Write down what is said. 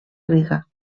riga